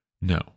no